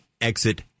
Exit